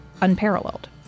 unparalleled